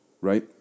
right